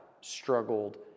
struggled